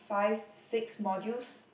five six modules